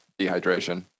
dehydration